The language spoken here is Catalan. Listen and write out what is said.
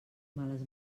males